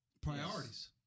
Priorities